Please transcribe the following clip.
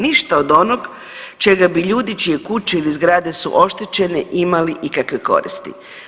Ništa od onog čega bi ljudi čije kuće ili zgrade su oštećene imali ikakve koristi.